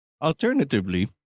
Alternatively